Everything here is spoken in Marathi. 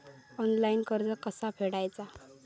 ऑनलाइन कर्ज कसा फेडायचा?